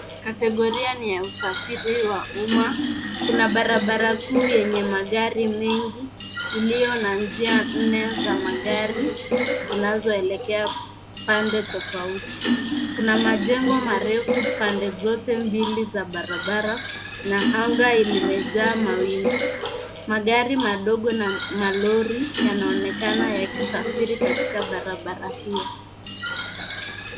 Kategoria ni ya usafiri wa umma. Kuna barabara kuu yenye magari mengi, iliyo na njia nne za magari, zinazoelekea pande tofauti. Kuna majengo marefu pande zote mbili za barabara, na anga limejaa mawingu. Magari madogo na malori, yanaonekana yakisafiri katika barabara hiyo.